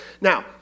Now